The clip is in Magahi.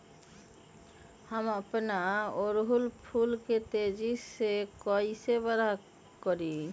हम अपना ओरहूल फूल के तेजी से कई से बड़ा करी?